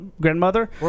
grandmother